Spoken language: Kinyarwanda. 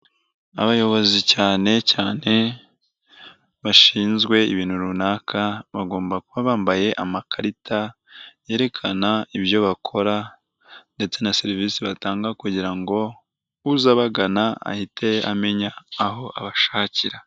Abayobozi cyane cyane bashinzwe ibintu runaka bagomba kuba bambaye amakarita yerekana ibyo bakora ndetse na serivise batanga kugira ngo uza abagana ahite amenya aho abashakira.